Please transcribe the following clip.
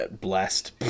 Blessed